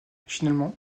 finalement